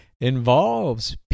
involves